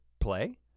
play